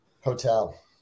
Hotel